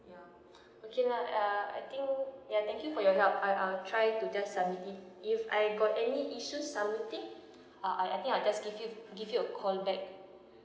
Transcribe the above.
ya okay lah I think ya thank you for your help I I will try to just submit in if I got any issues submiting uh I think I just give you give you a call back